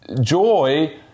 joy